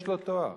יש לו תואר